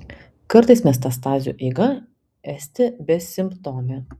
kartais metastazių eiga esti besimptomė